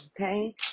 Okay